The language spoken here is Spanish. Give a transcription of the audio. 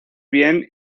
bien